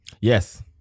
Yes